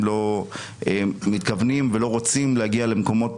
לא מתכוונים ולא רוצים להגיע למקומות